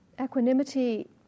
Equanimity